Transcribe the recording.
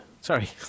Sorry